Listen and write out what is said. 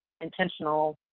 intentional